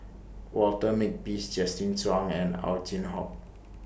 Walter Makepeace Justin Zhuang and Ow Chin Hock